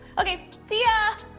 okay, see ah